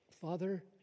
Father